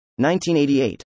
1988